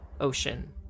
ocean